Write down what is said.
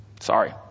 Sorry